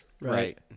right